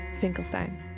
Finkelstein